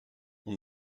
mon